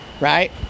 right